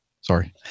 Sorry